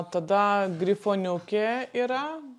tada grifoniukė yra